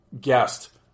guest